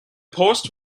post